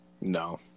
No